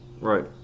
Right